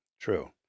true